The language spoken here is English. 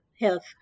health